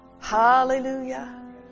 Hallelujah